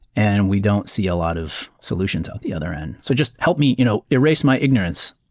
and we don't see a lot of solutions out the other end. so just help me you know erase my ignorance.